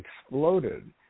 exploded